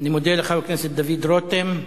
אני מודה לחבר הכנסת דוד רותם.